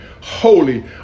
Holy